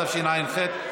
התשע"ח,